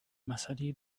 مسئله